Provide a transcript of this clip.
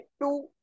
two